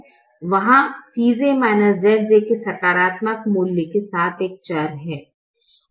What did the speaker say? वहा Cj Zj के सकारात्मक मूल्य के साथ एक चर है